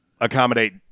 accommodate